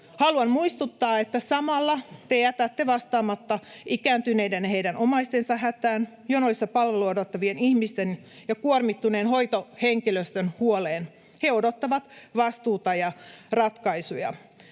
Haluan muistuttaa, että samalla te jätätte vastaamatta ikääntyneiden ja heidän omaistensa hätään, jonoissa palvelua odottavien ihmisten ja kuormittuneen hoitohenkilöstön huoleen. He odottavat vastuuta ja ratkaisuja.